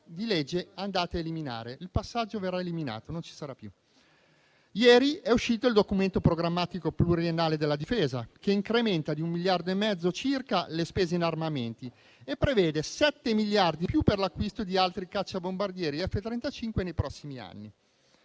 Ieri è uscito il Documento programmatico pluriennale della Difesa, che incrementa di circa 1,5 miliardi le spese in armamenti e prevede sette miliardi in più per l'acquisto di altri cacciabombardieri F35 nei prossimi anni.